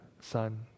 Son